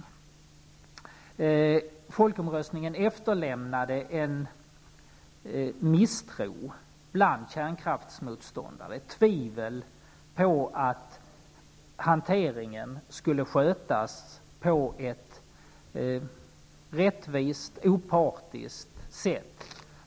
Folkomröstningen efterlämnade en misstro bland kärnkraftsmotståndarna. Man tvivlade alltså på att hanteringen skulle skötas rättvist och opartiskt.